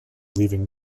leaving